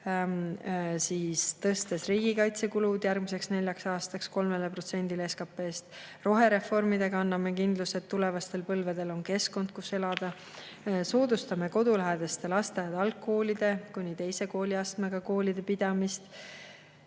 eest, tõstes riigikaitsekulud järgmiseks neljaks aastaks 3%-le SKP-st. Rohereformidega anname kindluse, et tulevastel põlvedel on keskkond, kus elada. Soodustame kodulähedaste lasteaed-algkoolide ja kuni teise kooliastmega koolide pidamist.